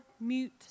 mute